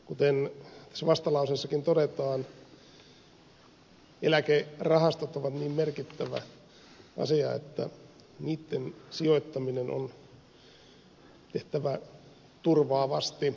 kuten tässä vastalauseessakin todetaan eläkerahastot ovat niin merkittävä asia että niitten sijoittaminen on tehtävä turvaavasti